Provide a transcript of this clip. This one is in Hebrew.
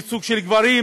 ייצוג של גברים,